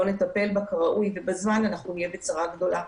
נטפל בה כראוי ובזמן אנחנו נהיה בצרה גדולה.